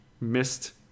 missed